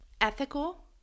ethical